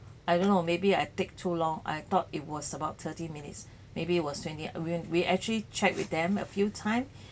I don't know maybe I take too long I thought it was about thirty minutes maybe it was twenty we we actually check with them a few time